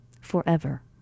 forever